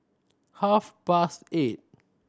half past eight